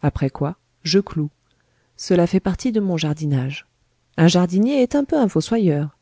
après quoi je cloue cela fait partie de mon jardinage un jardinier est un peu un fossoyeur